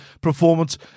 performance